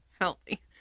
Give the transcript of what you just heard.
healthy